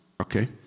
Okay